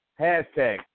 hashtag